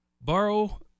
borrow